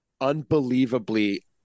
unbelievably